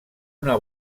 una